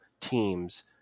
teams